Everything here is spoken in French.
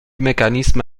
mécanisme